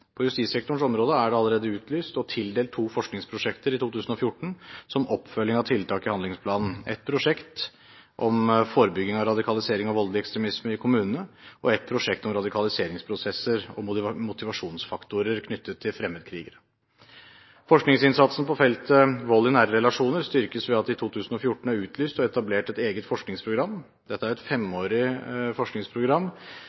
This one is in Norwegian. på feltet vektlegges. Innen justissektorens område er det allerede utlyst og tildelt to forskningsprosjekter i 2014 som oppfølging av tiltak i handlingsplanen: et prosjekt om forebygging av radikalisering og voldelig ekstremisme i kommunene og et prosjekt om radikaliseringsprosesser og motivasjonsfaktorer knyttet til fremmedkrigere. Forskningsinnsatsen på feltet vold i nære relasjoner styrkes ved at det i 2014 er utlyst og etablert et eget forskningsprogram. Dette er et